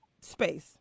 space